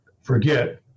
forget